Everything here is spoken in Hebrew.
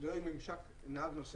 כדי שלא יהיה ממשק בין נהג לנוסע,